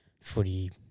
footy